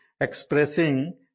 expressing